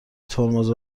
ترمز